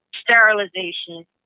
sterilization